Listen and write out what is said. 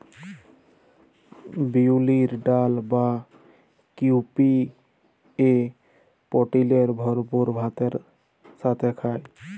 বিউলির ডাল বা কাউপিএ প্রটিলের ভরপুর ভাতের সাথে খায়